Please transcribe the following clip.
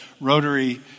rotary